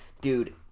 Dude